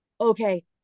Okay